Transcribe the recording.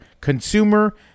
consumer